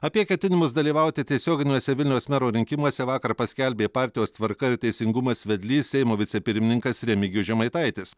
apie ketinimus dalyvauti tiesioginiuose vilniaus mero rinkimuose vakar paskelbė partijos tvarka ir teisingumas vedlys seimo vicepirmininkas remigijus žemaitaitis